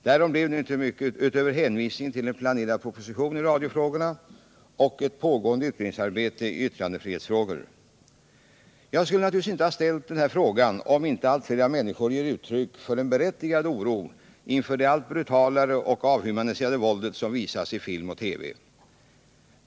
Därav blev nu inte mycket utöver hänvisningen till en planerad proposition i radiofrågorna och ett pågående utredningsarbete i yttrandefrihetsfrågor. Jag skulle naturligtvis inte ställt denna fråga om inte allt fler människor givit uttryck för en berättigad oro inför det allt brutalare och avhumaniserade våld som visas i film och TV.